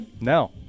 No